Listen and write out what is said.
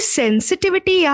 sensitivity